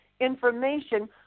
information